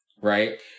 right